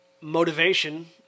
Motivation